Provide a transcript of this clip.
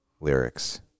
lyrics